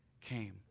came